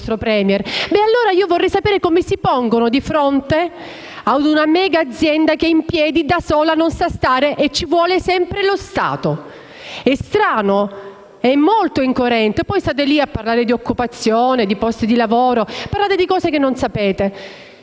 È strano ed è molto incoerente. Poi state lì a parlare di occupazione e di posti di lavoro, argomenti che non conoscete.